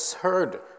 heard